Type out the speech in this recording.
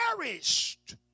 perished